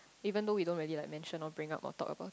even though we don't really like mention or bring up or talk about it